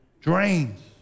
drains